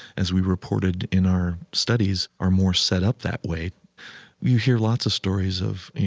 as we reported in our studies, are more set up that way you hear lots of stories of, you